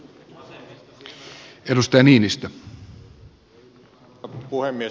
arvoisa puhemies